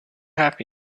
happy